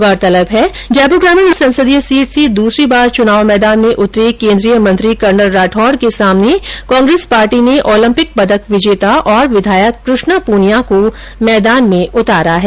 गौरतलब है कि जयपुर ग्रामीण संसदीय सीट से दूसरी बार चुनाव मैदान में उतरे कोन्द्रीय मंत्री कर्नल राठौर के सामने कांग्रेस पार्टी ने ओलम्पिक पदक विजेता और विधायक कृष्णा पूनिया को मैदान में उतारा है